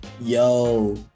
Yo